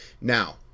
now